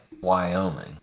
Wyoming